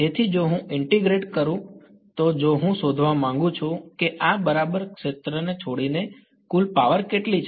તેથી જો હું ઇન્ટીગ્રેટ કરું તો જો હું શોધવા માંગુ છું કે આ બરાબર છોડીને કુલ પાવર કેટલી છે